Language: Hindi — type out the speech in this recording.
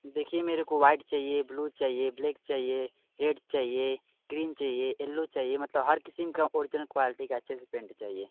देखिए मेरेको व्हाइट चाहिए ब्लू चाहिए ब्लेक चाहिए रेड चाहिए क्रीम चाहिए एल्लो चाहिए मतलब हर किस्म का ओर्जिनल क्वालिटी का अच्छे से पेंट चाहिए